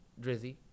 Drizzy